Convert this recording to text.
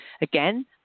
Again